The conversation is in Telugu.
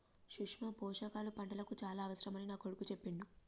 సూక్ష్మ పోషకాల పంటలకు చాల అవసరమని నా కొడుకు చెప్పిండు